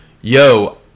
yo